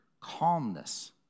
Calmness